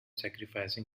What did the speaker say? sacrificing